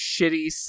shitty